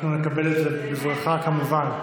אנחנו נקבל את זה בברכה, כמובן.